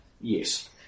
Yes